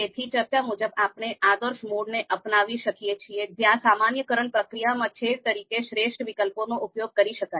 તેથી ચર્ચા મુજબ આપણે આદર્શ મોડને અપનાવી શકીએ છીએ જ્યાં સામાન્યકરણ પ્રક્રિયામાં છેદ તરીકે શ્રેષ્ઠ વિકલ્પનો ઉપયોગ કરી શકાય